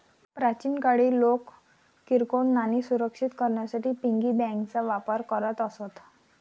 प्राचीन काळी लोक किरकोळ नाणी सुरक्षित करण्यासाठी पिगी बँकांचा वापर करत असत